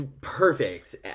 perfect